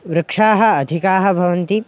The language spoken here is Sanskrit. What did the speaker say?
वृक्षाः अधिकाः भवन्ति